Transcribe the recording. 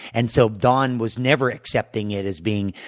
and so don was never accepting it as being,